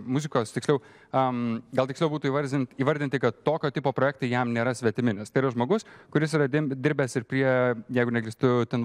muzikos tiksliau gal tiksliau būtų įvardint įvardinti kad tokio tipo projektai jam nėra svetimi nes tai yra žmogus kuris yra diem dirbęs ir prie jeigu neklystu ten